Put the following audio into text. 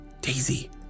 Daisy